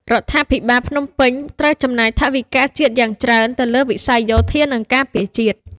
រដ្ឋាភិបាលភ្នំពេញត្រូវចំណាយថវិកាជាតិយ៉ាងច្រើនទៅលើវិស័យយោធា និងការពារជាតិ។